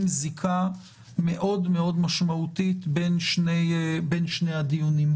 זיקה משמעותית מאוד בין שני הדיונים.